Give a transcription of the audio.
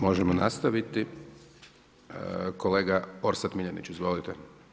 Možemo nastaviti, kolega Orsat Miljenić, izvolite.